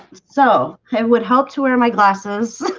so i would hope to wear my glasses